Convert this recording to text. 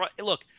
Look